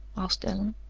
asked allen.